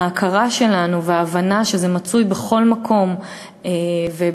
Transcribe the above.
וההכרה שלנו וההבנה שזה מצוי בכל מקום ובכל,